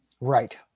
Right